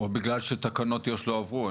בגלל שתקנות יו"ש לא עברו?